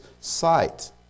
sight